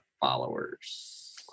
followers